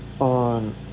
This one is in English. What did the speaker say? on